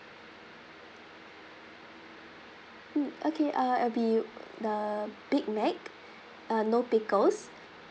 mm okay uh it'll be the big mac uh no pickles